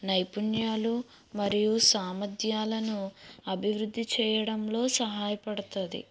నైపుణ్యాలు మరియు సామర్ధ్యాలను అభివృద్ధి చేయడంలో సహాయపడతది